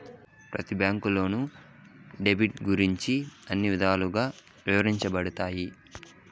ప్రతి బ్యాంకులో డెబిట్ గురించి అన్ని విధాలుగా ఇవరించబడతాయి